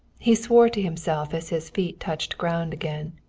he swore to himself as his feet touched ground again.